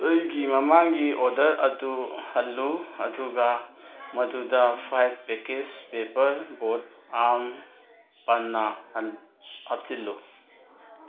ꯑꯩꯒꯤ ꯃꯃꯥꯡꯒꯤ ꯑꯣꯗꯔ ꯑꯗꯨ ꯍꯜꯂꯨ ꯑꯗꯨꯒ ꯃꯗꯨꯗ ꯐꯥꯏꯚ ꯄꯦꯀꯦꯖ ꯄꯦꯄꯔ ꯕꯣꯠ ꯑꯥꯝ ꯄꯅꯥ ꯍꯥꯞꯆꯤꯜꯂꯨ